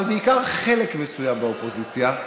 אבל בעיקר חלק מסוים מהאופוזיציה,